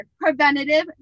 Preventative